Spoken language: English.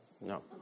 No